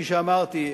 כפי שאמרתי,